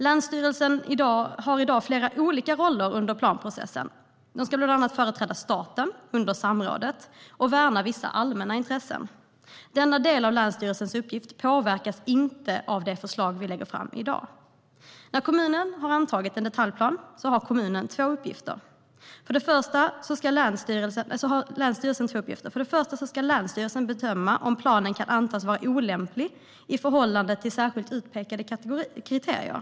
Länsstyrelsen har i dag flera olika roller under planprocessen. De ska bland annat företräda staten under samrådet och värna vissa allmänna intressen. Denna del av länsstyrelsens uppgift påverkas inte av det förslag vi lägger fram i dag. När kommunen har antagit en detaljplan har länsstyrelsen två uppgifter. För det första ska länsstyrelsen bedöma om planen kan antas vara olämplig i förhållande till särskilt utpekade kriterier.